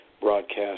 broadcast